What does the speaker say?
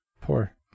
Poor